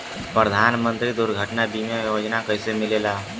प्रधानमंत्री दुर्घटना बीमा योजना कैसे मिलेला?